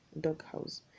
doghouse